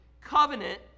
covenant